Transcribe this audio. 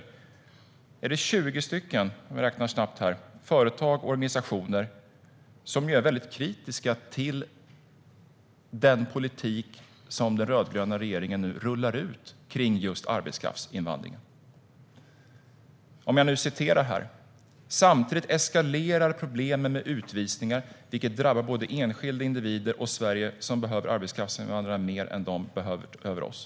Det är kanske 20 - jag räknar snabbt - företag och organisationer som är mycket kritiska till den politik som den rödgröna regeringen nu rullar ut kring just arbetskraftsinvandring. "Samtidigt eskalerar problemen med utvisningar, vilket drabbar både enskilda individer och Sverige som behöver arbetskraftsinvandrarna mer än de behöver oss."